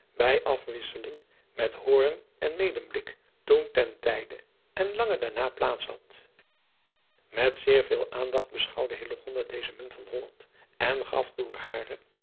bij afwisseling met hoorn en medenblik toen ten tijde en lange daarna plaats had met zeer veel aandacht beschouwde hillegonda deze munt van holland en gaf door hare